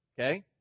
Okay